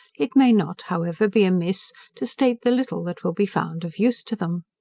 it may not, however, be amiss to state the little that will be found of use to them.